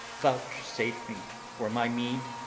vouchsafe me, for my meed,